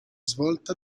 svolta